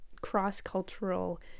cross-cultural